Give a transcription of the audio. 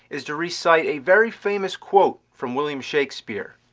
is to recite a very famous quote from william shakespeare.